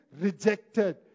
rejected